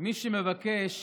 מי שמבקש